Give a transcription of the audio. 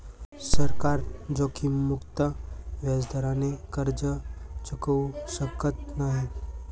सरकार जोखीममुक्त व्याजदराने कर्ज चुकवू शकत नाही